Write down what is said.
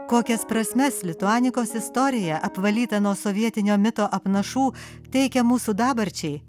kokias prasmes lituanikos istorija apvalyta nuo sovietinio mito apnašų teikia mūsų dabarčiai